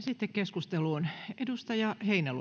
sitten keskusteluun